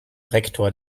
rektor